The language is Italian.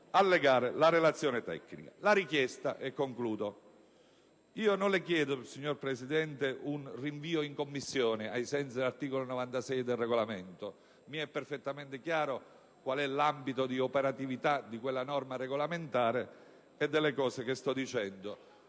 allegare la Relazione tecnica. Arrivo alla richiesta e concludo. Non le chiedo, signor Presidente, un rinvio in Commissione ai sensi dell'articolo 93 del Regolamento: mi è perfettamente chiaro qual è l'ambito di operatività di quella norma regolamentare e delle cose che sto dicendo;